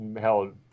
held